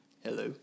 Hello